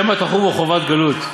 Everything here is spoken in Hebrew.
שמא תחובו חובת גלות,